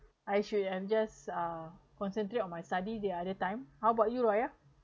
I should ensure concentrate on my study the other time how about you raya